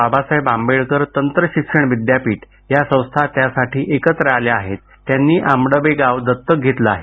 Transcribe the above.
बाबासाहेब आंबेडकर तंत्रशिक्षण विद्यापीठ या संस्था त्यासाठी एकत्र आल्या असुन त्यांनी आंबडवे गाव दत्तक घेतलं आहे